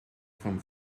vom